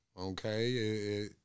okay